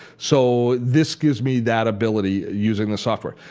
so this gives me that ability using the software.